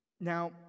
Now